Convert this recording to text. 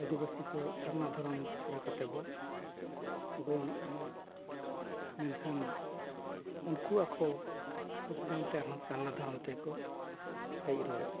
ᱟᱹᱫᱤᱵᱟᱹᱥᱤ ᱠᱚ ᱥᱟᱨᱱᱟ ᱫᱷᱚᱨᱚᱢ ᱪᱷᱟᱲᱟ ᱠᱟᱛᱮ ᱵᱚᱱ ᱜᱚᱭᱚᱱᱚᱜ ᱠᱟᱱᱟ ᱢᱮᱱᱠᱷᱟᱱ ᱩᱱᱠᱩ ᱟᱠᱚ ᱥᱩᱠ ᱵᱟᱝ ᱛᱮ ᱟᱨᱦᱚᱸ ᱥᱟᱨᱱᱟ ᱫᱷᱚᱨᱚᱢ ᱛᱮᱠᱚ ᱦᱮᱡ ᱨᱩᱣᱟᱹᱲᱚᱜ ᱠᱟᱱᱟ